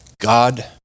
God